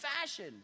fashion